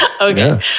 Okay